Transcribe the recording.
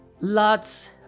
lots